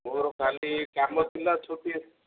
ମୋର କାଲି କାମ ଥିଲା ଛୁଟି